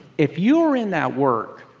if you are in that work,